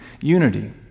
unity